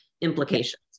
implications